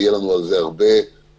יהיו לנו על זה הרבה דיונים,